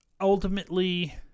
ultimately